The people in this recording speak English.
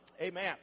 Amen